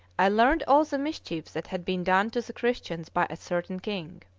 i learned all the mischief that had been done to the christians by a certain king.